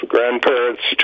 Grandparents